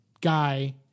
guy